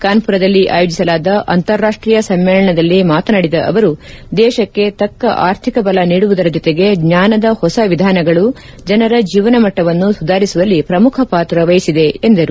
ಕಾನ್ಪುರದಲ್ಲಿ ಅಯೋಜಿಸಲಾದ ಅಂತಾರಾಷ್ಷೀಯ ಸಮ್ಮೇಳನದಲ್ಲಿ ಮಾತನಾಡಿದ ಅವರು ದೇಶಕ್ಕೆ ತಕ್ಷ ಅರ್ಥಿಕ ಬಲ ನೀಡುವುದರ ಜೊತೆಗೆ ಜ್ವಾನದ ಹೊಸ ವಿಧಾನಗಳು ಜನರ ಜೀವನ ಮಟ್ಟವನ್ನು ಸುಧಾರಿಸುವಲ್ಲಿ ಪ್ರಮುಖ ಪಾತ್ರ ವಹಿಸಿದೆ ಎಂದರು